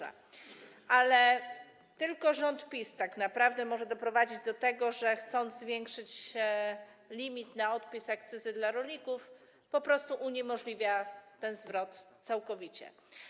Ale tylko rząd PiS-u tak naprawdę może doprowadzić do tego, że chcąc zwiększyć limit na odpis akcyzy dla rolników, po prostu uniemożliwił ten zwrot całkowicie.